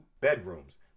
bedrooms